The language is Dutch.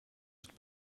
het